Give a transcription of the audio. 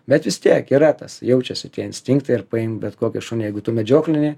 bet vis tiek yra tas jaučiasi tie instinktai ir paim bet kokį šunį jeigu tu medžioklinį